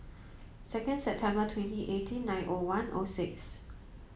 second September twenty eighteen nine O one O six